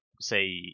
say